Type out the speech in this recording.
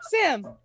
Sam